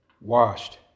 washed